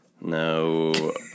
No